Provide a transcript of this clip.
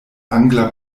angla